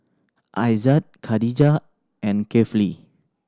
Aizat Khadija and Kefli